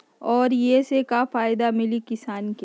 और ये से का फायदा मिली किसान के?